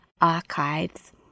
archives